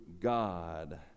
God